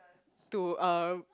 to uh